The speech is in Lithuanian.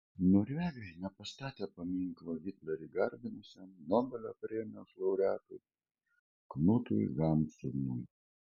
norvegai nepastatė paminklo hitlerį garbinusiam nobelio premijos laureatui knutui hamsunui